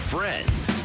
Friends